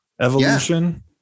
evolution